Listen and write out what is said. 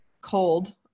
cold